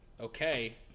Okay